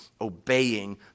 obeying